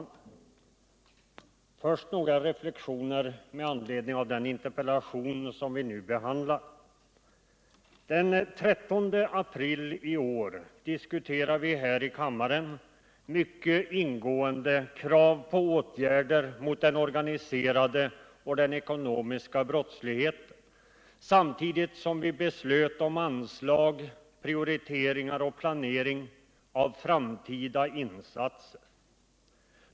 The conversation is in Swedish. Herr talman! Några reflexioner med anledning av den interpellation som vi nu behandlar! Den 13 april i år diskuterade vi mycket ingående här i kammaren krav på åtgärder mot den organiserade och den ekonomiska brottsligheten, samtidigt som vi beslöt om anslag, prioriteringar och planering av framtida insatser.